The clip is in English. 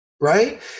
right